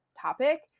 topic